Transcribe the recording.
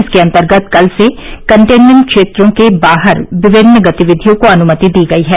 इसके अंतर्गत कल से कंटेनमेन्ट क्षेत्रों के बाहर विभिन्न गतिविधियों को अनुमति दी गई है